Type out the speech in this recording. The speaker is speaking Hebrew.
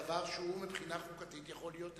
דבר שמבחינה חוקתית יכול להיות אפשרי.